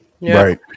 right